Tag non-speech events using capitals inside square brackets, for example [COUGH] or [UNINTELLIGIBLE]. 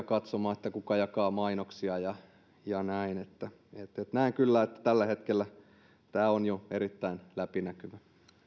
[UNINTELLIGIBLE] katsomaan että kuka jakaa mainoksia ja ja näin näen kyllä että tällä hetkellä tämä on jo erittäin läpinäkyvää